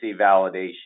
validation